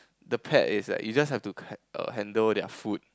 the pet is like you just have to cut err handle their food